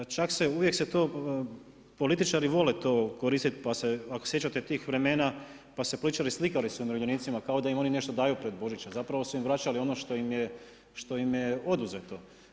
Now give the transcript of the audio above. Čak se, uvijek se to, političari vole to koristiti pa se, ako se sjećate tih vremena pa su se političari slikali sa umirovljenicima kao da im oni nešto daju pred Božić, a zapravo su im vraćali ono što im je oduzeto.